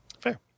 Fair